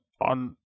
on